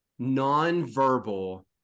non-verbal